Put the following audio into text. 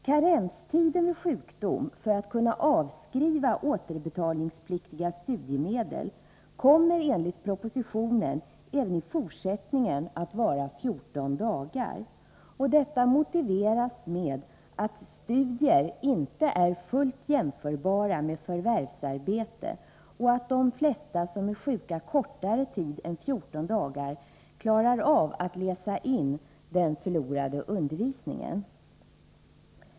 Karenstiden vid sjukdom för att kunna avskriva återbetalningspliktiga studiemedel kommer enligt propositionen även i fortsättningen att vara 14 dagar. Detta motiveras med att studier inte är fullt jämförbara med förvärvsarbete och att de flesta som är sjuka kortare tid än 14 dagar klarar av att läsa in den förlorade undervisningen.